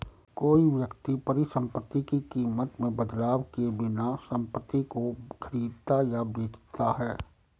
कोई व्यक्ति परिसंपत्ति की कीमत में बदलाव किए बिना संपत्ति को खरीदता या बेचता है